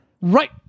Right